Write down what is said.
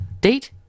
date